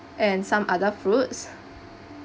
and some other fruits